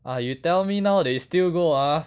ah you tell me now they still go ah